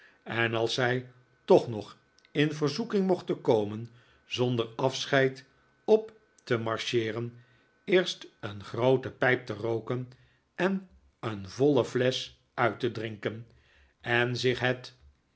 en als zij toch nog in verzoeking mochten komen zonder afscheid op te marcheeren eerst een groote pijp te rooken en een voile flesch uit te drinken en zich het